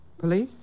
Police